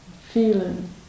Feeling